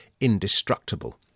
Indestructible